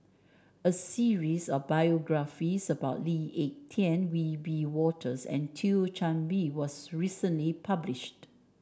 a series of biographies about Lee Ek Tieng Wiebe Wolters and Thio Chan Bee was recently published